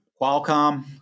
qualcomm